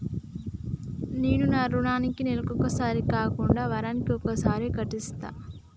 నేను నా రుణాన్ని నెలకొకసారి కాకుండా వారానికోసారి కడ్తన్నా